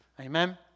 Amen